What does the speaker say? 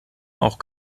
auch